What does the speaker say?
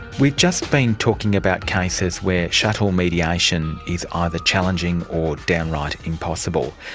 we've just been talking about cases where shuttle mediation is either challenging or downright impossible.